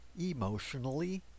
emotionally